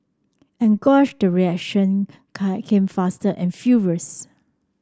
and gosh the reaction come came fast and furious